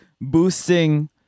boosting